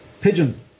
Pigeons